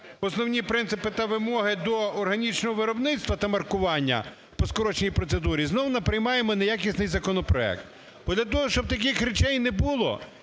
основні принципи та вимоги до органічного виробництва та маркування по скороченій процедурі, знову наприймаємо неякісний законопроект. От для того, щоб таких речей не було,